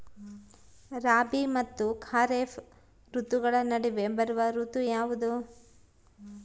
ರಾಬಿ ಮತ್ತು ಖಾರೇಫ್ ಋತುಗಳ ನಡುವೆ ಬರುವ ಋತು ಯಾವುದು?